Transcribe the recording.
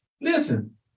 Listen